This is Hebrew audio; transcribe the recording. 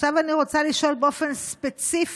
עכשיו אני רוצה לשאול באופן ספציפי